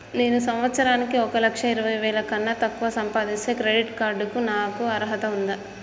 నేను సంవత్సరానికి ఒక లక్ష ఇరవై వేల కన్నా తక్కువ సంపాదిస్తే క్రెడిట్ కార్డ్ కు నాకు అర్హత ఉందా?